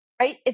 right